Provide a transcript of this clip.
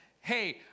hey